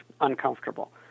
uncomfortable